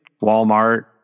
Walmart